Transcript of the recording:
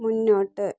മുന്നോട്ട്